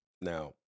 Now